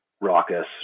raucous